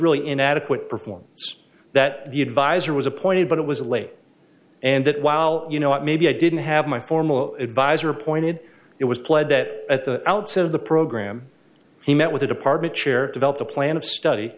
really inadequate performance that the advisor was appointed but it was late and that while you know it may be i didn't have my formal advisor appointed it was pled that at the outset of the program he met with the department chair developed a plan of study